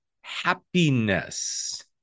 happiness